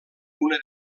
una